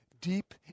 deep